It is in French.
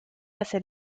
assez